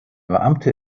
beamte